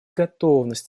готовность